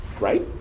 Right